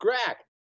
crack